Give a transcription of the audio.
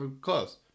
close